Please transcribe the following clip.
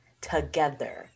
together